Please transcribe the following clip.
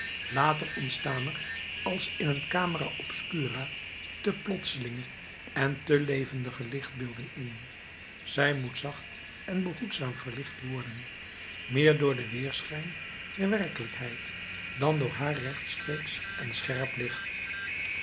later ontstaan er als in een camera obscura te plotselinge en te levendige lichtbeelden in zij moet zacht en behoedzaam verlicht worden meer door den weerschijn der werkelijkheid dan door haar rechtstreeksch en scherp licht